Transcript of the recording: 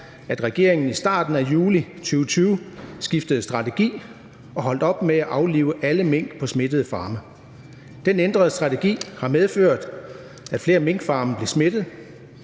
at regeringen i starten af juli 2020 skiftede strategi og holdt op med at aflive alle mink på smittede farme. Den ændrede strategi har medført, at flere minkfarme blev smittet,